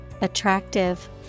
attractive